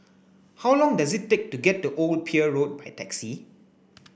how long does it take to get to Old Pier Road by taxi